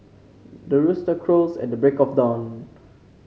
the rooster crows at the break of dawn